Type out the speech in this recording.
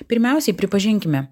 pirmiausiai pripažinkime